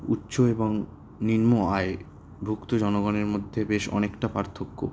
উচ্চ এবং নিম্ন আয়ভুক্ত জনগণের মধ্যে বেশ অনেকটা পার্থক্য